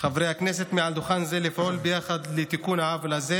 חברי הכנסת מעל דוכן זה לפעול ביחד לתיקון העוול הזה